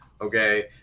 Okay